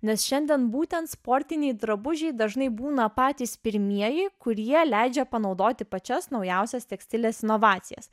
nes šiandien būtent sportiniai drabužiai dažnai būna patys pirmieji kurie leidžia panaudoti pačias naujausias tekstilės inovacijas